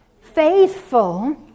faithful